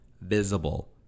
visible